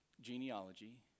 genealogy